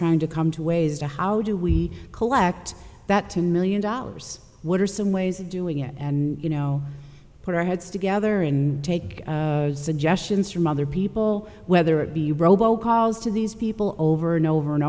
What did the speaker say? trying to come to ways to how do we collect that two million dollars what are some ways of doing it and you know put our heads together and take suggestions from other people whether it be robo calls to these people over and over and